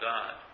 God